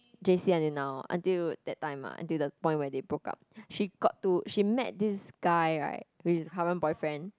j_c until now until that time lah until the point where they broke she got to she met this guy right with current boyfriend